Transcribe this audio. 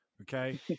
Okay